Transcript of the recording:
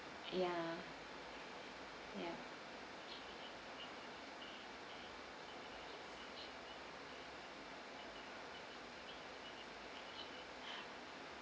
ya ya